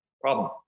problem